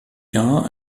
jahr